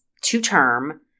two-term